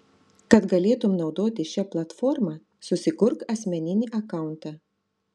kad galėtum naudotis šia platforma susikurk asmeninį akauntą